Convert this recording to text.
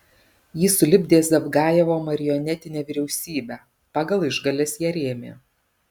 ji sulipdė zavgajevo marionetinę vyriausybę pagal išgales ją rėmė